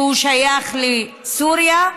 ששייך לסוריה,